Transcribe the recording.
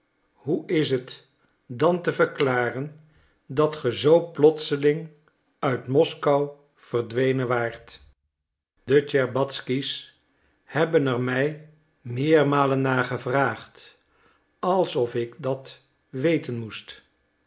hoe is het dan te verklaren dat ge zoo plotseling uit moskou verdwenen waart de tscherbatzky's hebben er mij meermalen naar gevraagd alsof ik dat weten moest